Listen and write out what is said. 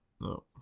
No